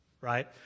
right